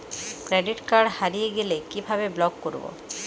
Credit card হারিয়ে গেলে কি ভাবে ব্লক করবো?